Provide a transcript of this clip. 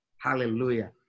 Hallelujah